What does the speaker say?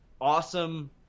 awesome